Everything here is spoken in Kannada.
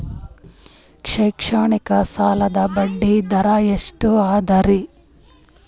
ಶೈಕ್ಷಣಿಕ ಸಾಲದ ಬಡ್ಡಿ ದರ ಎಷ್ಟು ಅದರಿ?